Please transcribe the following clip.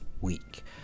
week